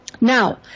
Now